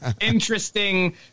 interesting